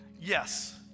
yes